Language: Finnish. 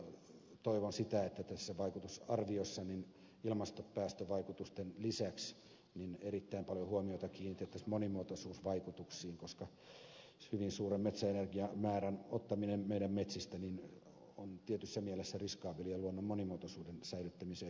ja todella toivon sitä että tässä vaikutusarviossa ilmastopäästövaikutusten lisäksi erittäin paljon huomiota kiinnitettäisiin monimuotoisuusvaikutuksiin koska hyvin suuren metsäenergiamäärän ottaminen meidän metsistä on tietyssä mielessä riskaabelia luonnon monimuotoisuuden säilyttämisen ja kehittämisen suhteen